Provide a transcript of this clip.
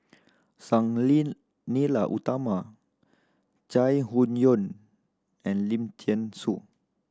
Sang Ling Nila Utama Chai Hon Yoong and Lim Thean Soo